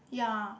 ya